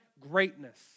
Greatness